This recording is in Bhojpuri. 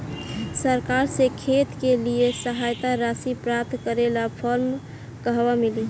सरकार से खेत के लिए सहायता राशि प्राप्त करे ला फार्म कहवा मिली?